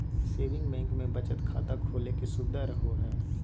saving bank मे बचत खाता खोले के सुविधा रहो हय